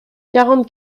quarante